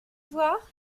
voir